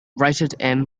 rated